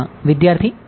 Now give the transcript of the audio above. વિદ્યાર્થી Td